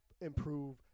improve